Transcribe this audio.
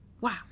Wow